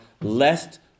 lest